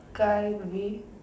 guy with